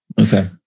Okay